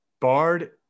Bard